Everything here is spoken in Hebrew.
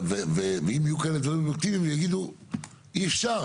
ואם יהיו כאלה דברים אובייקטיביים ויגידו אי אפשר,